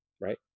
right